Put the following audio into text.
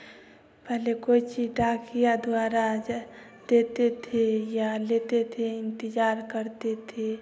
पहले कोई चीज़ डाकिया द्वारा आ जा देते थे या लेते थे इंतेज़ार करते थे